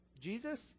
Jesus